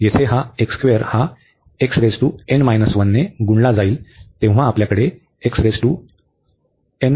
येथे हा हा ने गुणला जाईल तर आपल्याकडे आहे